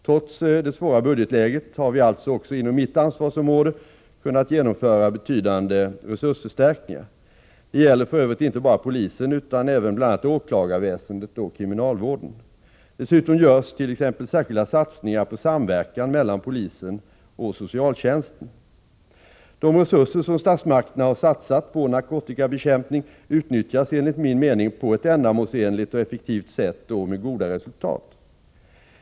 Trots det svåra budgetläget har vi alltså också inom mitt ansvarsområde kunnat genomföra betydande resursförstärkningar. Det gäller för övrigt inte bara polisen utan även bl.a. åklagarväsendet och kriminalvården. Dessutom görs särskilda satsningar på t.ex. samverkan mellan polisen och socialtjänsten. De resurser som statsmakterna har satsat på narkotikabekämpning utnyttjas enligt min mening på ett ändamålsenligt och effektivt sätt och med goda resultat.